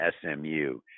SMU